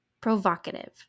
Provocative